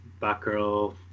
Batgirl